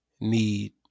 need